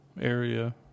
Area